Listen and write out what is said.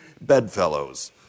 bedfellows